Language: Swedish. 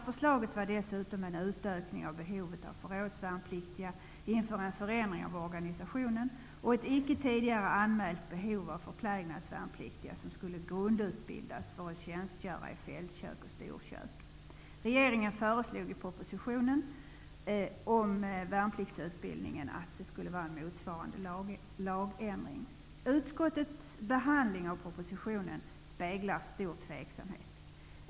Förslaget innebar dessutom en utökning av behovet av förrådsvärnpliktiga inför en förändring av organisationen och ett icke tidigare anmält behov av förplägnadsvärnpliktiga som skulle grundutbildas för att tjänstgöra i fältkök och storkök. Regeringen föreslog motsvarande lagändring i propositionen om värnpliktsutbildning. Utskottets behandling av propositionen speglar stor tveksamhet.